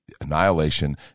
annihilation